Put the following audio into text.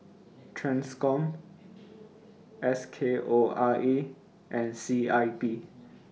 TRANSCOM S K O R A and C I P